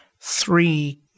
three